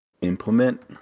implement